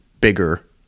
bigger